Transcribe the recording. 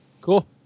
Cool